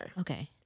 Okay